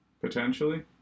Potentially